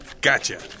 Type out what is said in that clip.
Gotcha